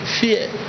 fear